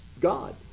God